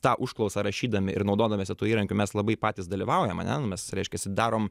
tą užklausą rašydami ir naudodamiesi tuo įrankiu mes labai patys dalyvaujam ane nu mes reiškiasi darom